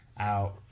out